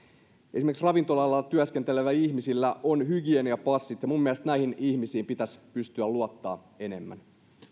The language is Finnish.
esimerkiksi ravintola alalla työskentelevillä ihmisillä on hygieniapassit ja mielestäni näihin ihmisiin pitäisi pystyä luottamaan enemmän